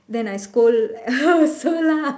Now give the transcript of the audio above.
then I scold her also lah